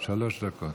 שלוש דקות.